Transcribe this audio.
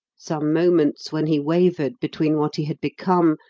some moments when he wavered between what he had become,